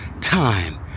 time